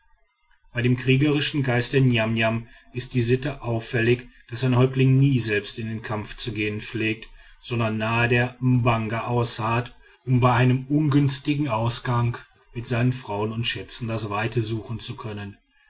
bei dem kriegerischen geist der niamniam ist die sitte auffällig daß ein häuptling nie selbst in den kampf zu gehen pflegt sondern nahe der mbanga ausharrt um bei einem ungünstigen ausgang mit seinen frauen und schätzen das weite suchen zu können